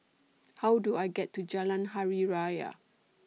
How Do I get to Jalan Hari Raya